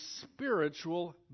spiritual